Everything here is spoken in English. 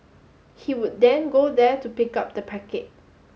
he would then go there to pick up the packet